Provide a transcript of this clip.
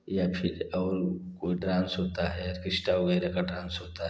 या फिर और कोई डांस होता है आर्केस्ट्रा वगैरह का डांस होता है